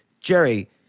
Jerry